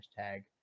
hashtag